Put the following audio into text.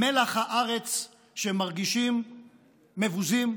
מלח הארץ שמרגישים מבוזים.